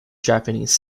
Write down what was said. japanese